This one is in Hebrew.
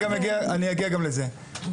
הסטודנטים.